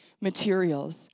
materials